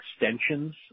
extensions